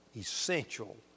essential